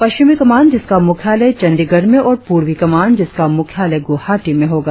पश्चिमी कमान जिसका मुख्यालय चंड़ीगढ़ में और पूर्वी कमान जिसका मुख्यालय गुवाहाटी में होगा